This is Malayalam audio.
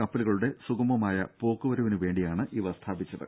കപ്പലുകളുടെ സുഗമമായ പോക്കുവരവിനു വേണ്ടിയാണ് ഇവ സ്ഥാപിച്ചത്